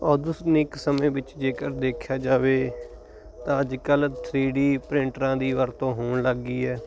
ਆਧੁਨਿਕ ਸਮੇਂ ਵਿੱਚ ਜੇਕਰ ਦੇਖਿਆ ਜਾਵੇ ਤਾਂ ਅੱਜ ਕੱਲ ਥਰੀ ਡੀ ਪ੍ਰਿੰਟਰਾਂ ਦੀ ਵਰਤੋਂ ਹੋਣ ਲੱਗ ਗਈ ਐ